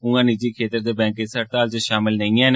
उआं निजी खेत्तर दे बैंक इस हड़ताल च षामिल नेई हैन